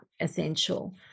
essential